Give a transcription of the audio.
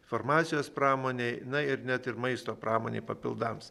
farmacijos pramonei na ir net ir maisto pramonei papildams